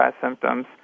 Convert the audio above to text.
symptoms